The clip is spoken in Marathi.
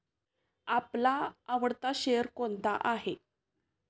आपला आवडता शेअर कोणता आहे?